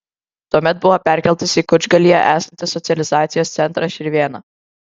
tuomet buvo perkeltas į kučgalyje esantį socializacijos centrą širvėna